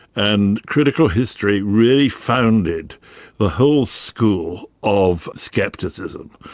and critical history really founded the whole school of scepticism.